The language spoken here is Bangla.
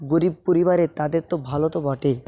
গরিব পরিবারের তাদের তো ভালো তো বটেই